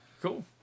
cool